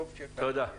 תודה.